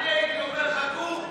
אני הייתי אומר: חכו,